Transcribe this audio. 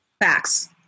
Facts